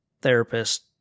therapist